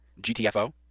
GTFO